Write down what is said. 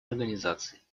организаций